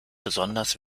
besonders